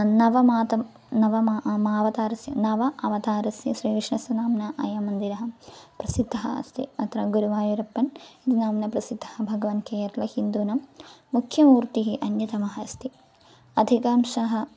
नवमातरं नवमः अवतारस्य नव अवतारस्य श्रीकृष्णस्य नाम्ना इदं मन्दिरं प्रसिद्धम् अस्ति अत्र गुरुवायूरप्पन् इति नाम्ना प्रसिद्धः भगवान् केरले हिन्दूनां मुख्यमूर्तिः अन्यतमः अस्ति अधिकांशः